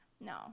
No